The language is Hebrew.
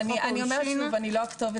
העונשין --- אני אומרת שוב: אני באמת לא הכתובת.